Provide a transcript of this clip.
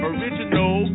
Original